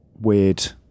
weird